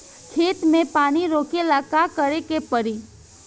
खेत मे पानी रोकेला का करे के परी?